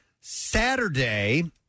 Saturday